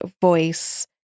voice